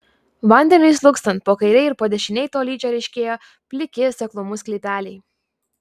vandeniui slūgstant po kairei ir po dešinei tolydžio ryškėjo pliki seklumų sklypeliai